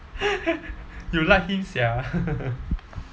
you like him sia